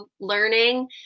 learning